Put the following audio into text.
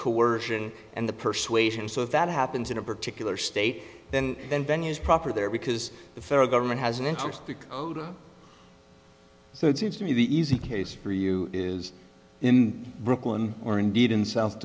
coercion and the persuasion so if that happens in a particular state then then venue is proper there because the federal government has an interest because so it seems to me the easy case for you is in brooklyn or indeed in south